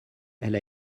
elle